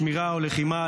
שמירה ולחימה,